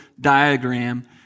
diagram